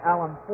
Alan